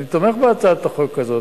אני תומך בהצעת החוק הזאת,